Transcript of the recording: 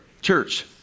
Church